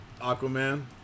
Aquaman